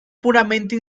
puramente